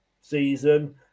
season